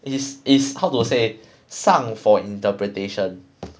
it's it's how to say 上 for interpretation